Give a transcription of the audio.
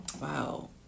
Wow